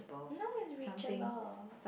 no is reachable